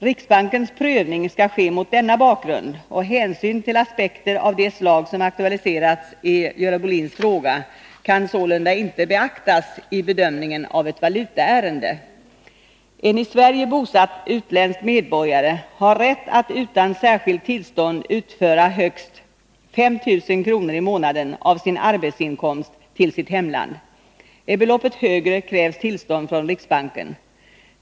Riksbankens prövning skall ske mot denna bakgrund, och hänsyn till aspekter av det slag som aktualiseras i Görel Bohlins fråga kan sålunda inte beaktas vid bedömningen av ett valutaärende. En i Sverige bosatt utländsk medborgare har rätt att utan särskilt tillstånd föra ut högst 5 000 kr. i månaden av sin arbetsinkomst till sitt hemland. Är beloppet högre krävs tillstånd från riksbanken.